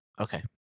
Okay